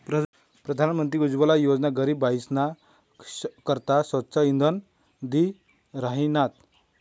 प्रधानमंत्री उज्वला योजना गरीब बायीसना करता स्वच्छ इंधन दि राहिनात